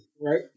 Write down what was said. right